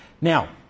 Now